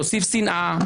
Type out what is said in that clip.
תוסיף שנאה,